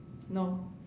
no